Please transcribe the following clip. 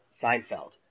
Seinfeld